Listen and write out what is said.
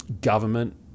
government